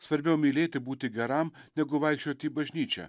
svarbiau mylėti būti geram negu vaikščioti į bažnyčią